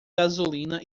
gasolina